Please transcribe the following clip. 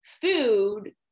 food